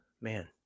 man